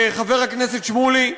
חבר הכנסת שמולי ואנוכי,